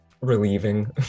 relieving